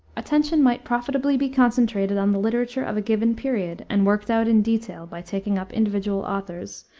attention might profitably be concentrated on the literature of a given period and worked out in detail by taking up individual authors,